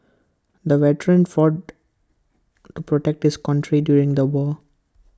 the veteran fought to protect his country during the war